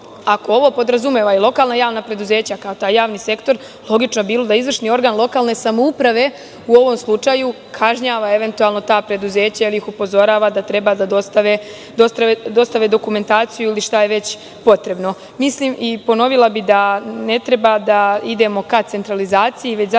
ako ovo podrazumeva i lokalna javna preduzeća kao taj javni sektor, logično bi bilo da izvršni organ lokalne samouprave u ovom slučaju kažnjava, eventualno, ta preduzeća ili ih upozorava da treba da dostave dokumentaciju ili šta je već potrebno. Mislim i ponovila bih da ne treba da idemo ka centralizaciji, već zaista